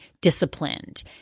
disciplined